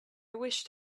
wished